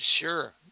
sure